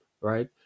Right